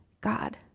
God